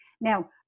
Now